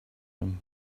him